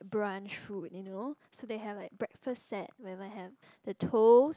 brunch food you know so they had like breakfast set whereby have the toast